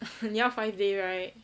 你要 five day right